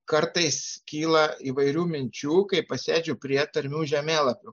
kartais kyla įvairių minčių kai pasėdžiu prie tarmių žemėlapių